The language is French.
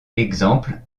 exemple